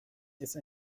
ist